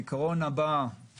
העיקרון הבא הוא